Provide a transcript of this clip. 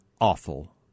awful